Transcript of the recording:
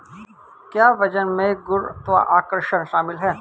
क्या वजन में गुरुत्वाकर्षण शामिल है?